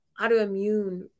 autoimmune